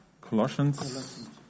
Colossians